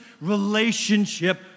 relationship